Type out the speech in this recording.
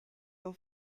your